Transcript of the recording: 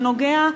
שנוגע,